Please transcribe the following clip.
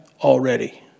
already